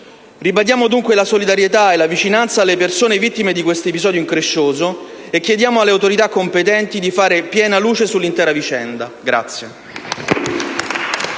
Ribadiamo dunque la solidarietà e la vicinanza alle persone vittime di questo episodio increscioso e chiediamo alle autorità competenti di fare piena luce sull'intera vicenda.